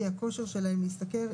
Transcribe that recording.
הדרגה הגבוהה, זה 300 שקלים.